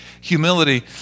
humility